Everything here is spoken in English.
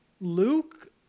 Luke